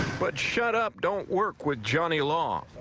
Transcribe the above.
but shut up. don't work with johnny law.